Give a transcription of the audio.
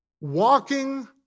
walking